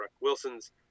Wilson's